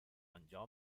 انجا